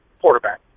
quarterback